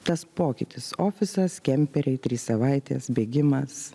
tas pokytis ofisas kemperiai trys savaitės bėgimas